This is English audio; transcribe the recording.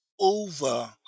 over